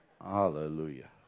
Hallelujah